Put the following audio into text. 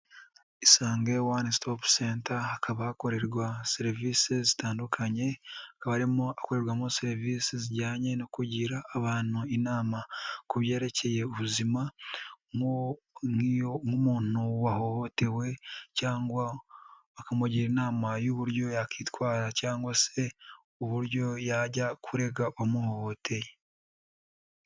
Isange One Stop Center hakaba hakorerwa serivisi zitandukanye. Hakaba harimo hakorerwamo serivisi zijyanye no kugira abantu inama ku byerekeye ubuzima. Nk'iyo umuntu wahohotewe cyangwa bakamugira inama y'uburyo yakwitwara cyangwa se uburyo yajya kurega uwamuhohoteye.